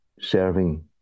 serving